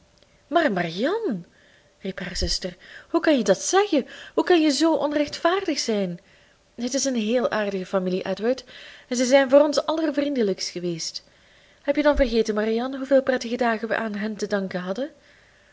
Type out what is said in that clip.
maar marianne riep haar zuster hoe kan je dat zeggen hoe kan je zoo onrechtvaardig zijn het is een heel aardige familie edward en ze zijn voor ons allervriendelijkst geweest heb je dan vergeten marianne hoeveel prettige dagen we aan hen te danken hadden